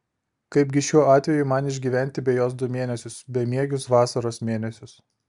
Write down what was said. kaipgi šiuo atveju man išgyventi be jos du mėnesius bemiegius vasaros mėnesius